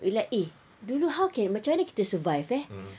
we like eh dulu how can macam mana to survive eh